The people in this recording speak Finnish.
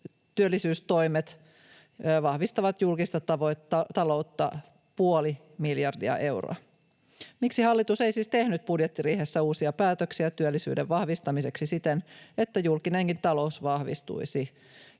työllisyystoimet vahvistavat julkista taloutta puoli miljardia euroa. Miksi hallitus ei siis tehnyt budjettiriihessä uusia päätöksiä työllisyyden vahvistamiseksi siten, että julkinenkin talous vahvistuisi?